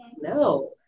No